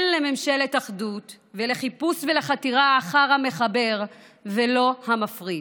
כן לממשלת אחדות ולחיפוש וחתירה אחר המחבר ולא המפריד.